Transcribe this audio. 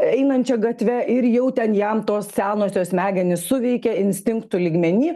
einančią gatve ir jau ten jam tos senosios smegenys suveikia instinktų lygmeny